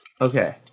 okay